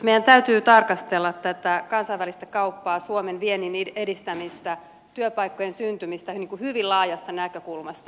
meidän täytyy tarkastella kansainvälistä kauppaa suomen viennin edistämistä työpaikkojen syntymistä hyvin laajasta näkökulmasta